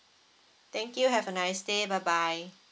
thank you have a nice day bye bye